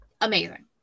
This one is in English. amazing